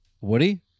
Woody